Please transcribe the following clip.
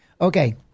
Okay